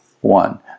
one